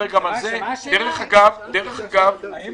דרך אגב, אם